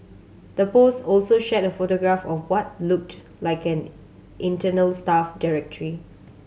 the post also shared a photograph of what looked like an internal staff directory